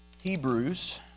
Hebrews